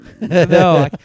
No